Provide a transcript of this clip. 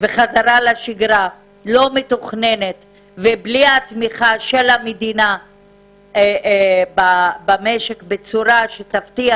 וחזרה לשגרה לא מתוכננת ובלי התמיכה של המדינה במשק בצורה שתבטיח